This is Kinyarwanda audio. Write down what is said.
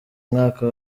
mwaka